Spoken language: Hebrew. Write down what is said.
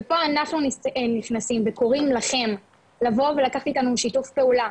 ופה אנחנו נכנסים וקוראים לכם לבוא ולקחת איתנו שיתוף פעולה,